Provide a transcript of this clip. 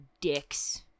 dicks